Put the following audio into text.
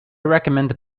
recommend